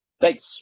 Thanks